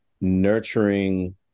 nurturing